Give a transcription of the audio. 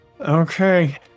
Okay